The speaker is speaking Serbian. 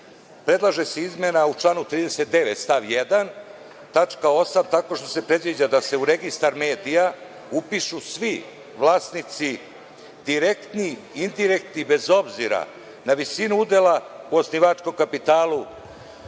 predlaže izmena u članu 39. stav 1. tačka 8. gde se predviđa da se u Registar medija upišu svi vlasnici, direktni, indirektni, bez obzira na visinu udela u osnivačkom kapitalu